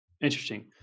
interesting